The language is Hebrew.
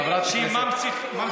מה יצא מעזה חוץ מטרור?